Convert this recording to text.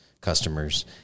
customers